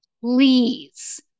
please